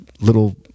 little